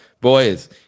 Boys